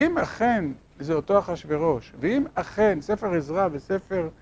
אם אכן זה אותו אחשורוש, ואם אכן ספר עזרא וספר...